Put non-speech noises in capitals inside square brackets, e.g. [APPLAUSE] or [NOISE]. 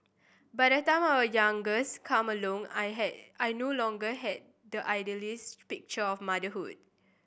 by the time our youngest came along I [UNINTELLIGIBLE] I no longer had the idealised picture of motherhood